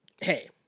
hey